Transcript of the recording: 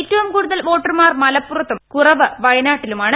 ഏറ്റവും കൂടുതൽ വോട്ടർമാർ മലപ്പുറത്തും കുറവ് വയനാട്ടിലുമാണ്